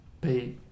pay